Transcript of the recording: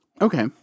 Okay